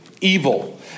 evil